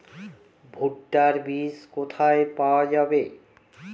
ভুট্টার বিজ কোথায় পাওয়া যাবে?